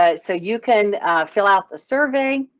ah so you can fill out the survey.